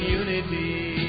unity